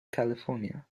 california